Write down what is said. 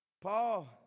Paul